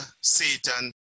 Satan